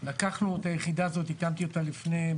לקחנו את היחידה הזאת, הקמתי אותה ב-2015.